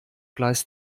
gleis